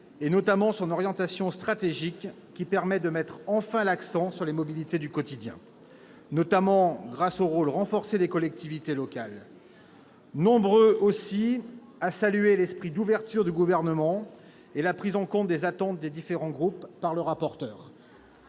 en particulier son orientation stratégique qui permet de mettre enfin l'accent sur les mobilités du quotidien, grâce notamment au rôle renforcé des collectivités locales. Nous sommes aussi nombreux à saluer l'esprit d'ouverture du Gouvernement, ainsi que la prise en compte des attentes des différents groupes par le rapporteur.